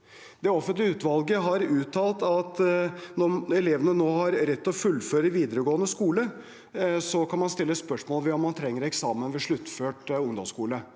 Det offentlige utvalget har uttalt at når elevene nå har rett til å fullføre videregående skole, kan man stille spørsmål ved om man trenger eksamen ved sluttført ungdomsskole.